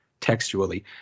textually